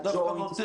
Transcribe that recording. הג'וינט.